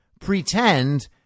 pretend